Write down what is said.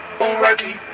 Already